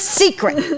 secret